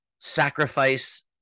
sacrifice